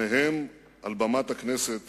שניהם, על במת הכנסת